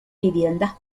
viviendas